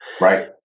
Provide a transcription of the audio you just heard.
Right